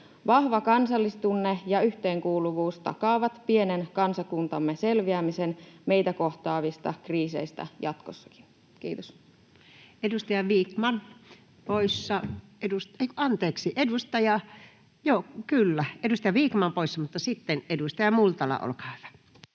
Vahva kansallistunne ja yhteenkuuluvuus takaavat pienen kansakuntamme selviämisen meitä kohtaavista kriiseistä jatkossakin. — Kiitos. Edustaja Vikman poissa. — Sitten edustaja Multala, olkaa hyvä.